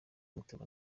umutego